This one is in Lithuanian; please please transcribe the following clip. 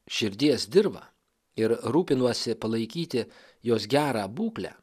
širdies dirvą ir rūpinuosi palaikyti jos gerą būklę